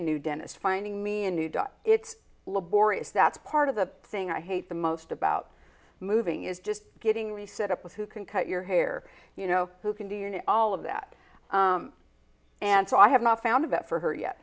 a new dentist finding me a new it's laborious that's part of the thing i hate the most about moving is just getting the set up with who can cut your hair you know who can do you know all of that and so i have not found that for her yet